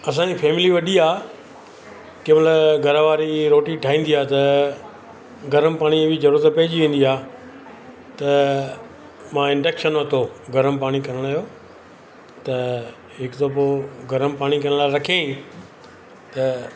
असांजी फेमिली वॾी आहे केमहिल घरवारी रोटी ठाहींदी आहे त गरम पाणीय जी बी जरूरत पइजी वेंदी आहे त मां इंडक्शन वरितो गरम पाणी करण जो त हिक दफ़ो गरम पाणी करण लाइ रखियईं त